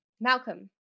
Malcolm